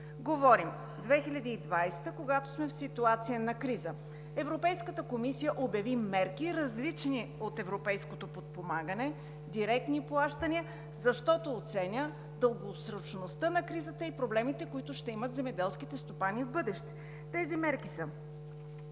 Говорим за 2020 г., когато сме в ситуация на криза. Европейската комисия обяви мерки, различни от европейското подпомагане, директни плащания, защото оценява дългосрочността на кризата и проблемите, които ще имат земеделските стопани в бъдеще. Тези мерки са: